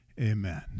Amen